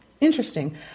Interesting